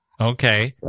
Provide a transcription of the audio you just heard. okay